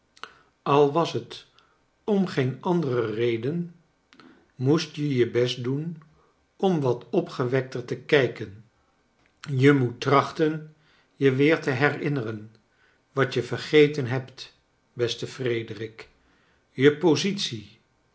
al was het om geen andere reden moest je je best doen om wat opgewekter te kijken je moet trachten je weer te herinneren wat je vergeten hebt beste frederik je positie